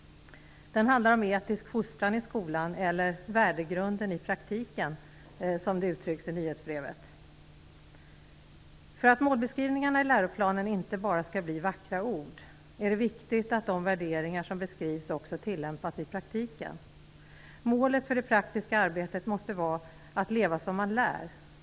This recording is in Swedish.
Den handlar om etisk fostran i skolan eller, som det uttrycks i nyhetsbrevet, om värdegrunden i praktiken. För att målbeskrivningarna i läroplanen inte bara skall bli vackra ord är det viktigt att de värderingar som beskrivs också tillämpas i praktiken. Målet för det praktiska arbetet måste vara att man lever som man lär.